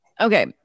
Okay